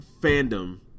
fandom